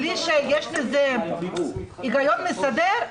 בלי שיש לזה היגיון מסדר,